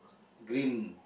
green